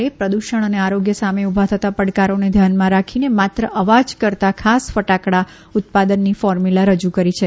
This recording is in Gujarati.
એ પ્રદૂષણ અને આરોગ્ય સામે ઉભા થતાં પડકારોને ધ્યાનમાં રાખીને માત્ર અવાજ કરતાં ખાસ ફટાકડાના ઉત્પાદનની ફોર્મુલા રજૂ કરી છે